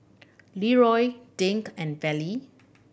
Leeroy Dink and Levy